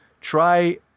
try